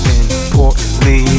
importantly